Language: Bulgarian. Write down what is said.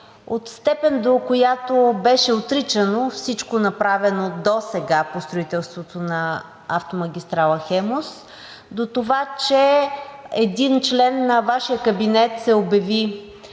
от степен, до която беше отричано всичко, направено досега по строителството на автомагистрала „Хемус“, до това, че един член на Вашия кабинет се обяви